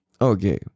okay